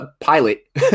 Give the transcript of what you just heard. pilot